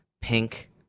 pink